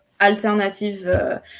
alternative